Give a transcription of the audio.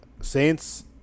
Saints